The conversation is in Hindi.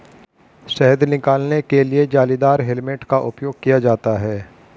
शहद निकालने के लिए जालीदार हेलमेट का उपयोग किया जाता है